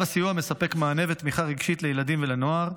הסיוע מספק מענה ותמיכה רגשית לילדים ולנוער,